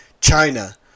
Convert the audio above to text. China